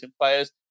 players